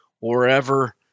wherever